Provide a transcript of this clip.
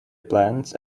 plants